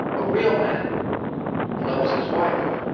a real man loves his wife.